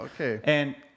Okay